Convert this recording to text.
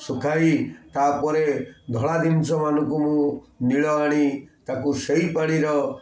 ଶୁଖାଇ ତାପରେ ଧଳା ଜିନିଷମାନଙ୍କୁ ମୁଁ ନୀଳ ଆଣି ତାକୁ ସେଇ ପାଣିର